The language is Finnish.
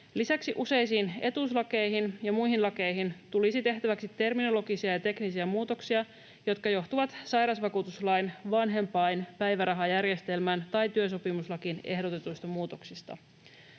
Lisäksi useisiin etuuslakeihin ja muihin lakeihin tulisi tehtäväksi terminologisia ja teknisiä muutoksia, jotka johtuvat sairausvakuutuslain vanhempainpäivärahajärjestelmään tai työsopimuslakiin ehdotetuista muutoksista.